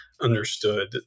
understood